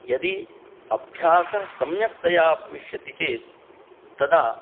यदि अभ्यासः सम्यक्तया भविष्यति चेत् तदा